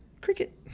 Cricket